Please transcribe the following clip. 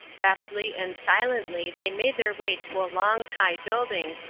rapidly and silently they made their way to a long, high building,